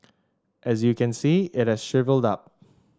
as you can see at a shrivelled love